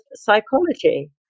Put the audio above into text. psychology